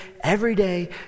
everyday